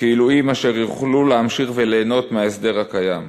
עילויים אשר יוכלו להמשיך ליהנות מההסדר הקיים.